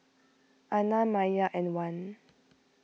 Aina Maya and Wan